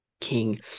king